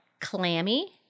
clammy